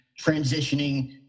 transitioning